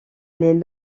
les